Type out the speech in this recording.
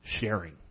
sharing